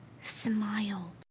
smile